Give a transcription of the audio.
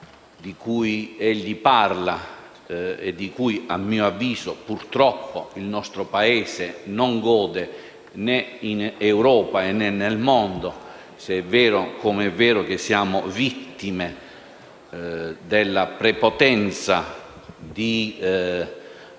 di cui egli parla e di cui, a mio avviso, purtroppo il nostro Paese non gode, né in Europa, né nel mondo, se è vero, com'è vero, che siamo vittime della prepotenza di